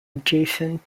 adjacent